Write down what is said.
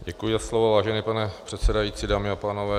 Děkuji za slovo, vážený pane předsedající, dámy a pánové.